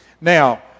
Now